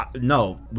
No